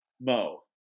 Mo